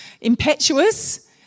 impetuous